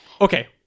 okay